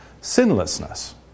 sinlessness